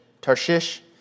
Tarshish